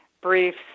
briefs